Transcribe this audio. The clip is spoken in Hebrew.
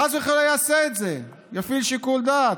חס וחלילה, הוא יעשה את זה, יפעיל שיקול דעת.